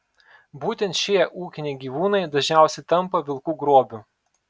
būtent šie ūkiniai gyvūnai dažniausiai tampa vilkų grobiu